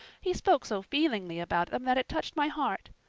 he spoke so feelingly about them that it touched my heart.